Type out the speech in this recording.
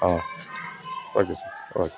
ah okay sir okay